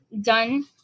done